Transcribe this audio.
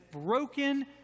broken